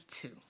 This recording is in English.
two